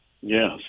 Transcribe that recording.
Yes